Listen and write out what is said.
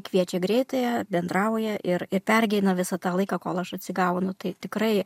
kviečia greitąją bendrauja ir ir pergyvena visą tą laiką kol aš atsigaunu tai tikrai